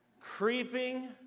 creeping